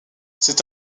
c’est